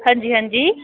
हां जी हां जी